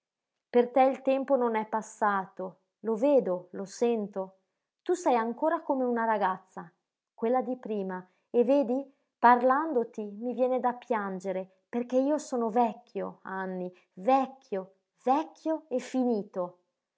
per te il tempo non è passato lo vedo lo sento tu sei ancora come una ragazza quella di prima e vedi parlandoti mi viene da piangere perché io sono vecchio anny vecchio vecchio e finito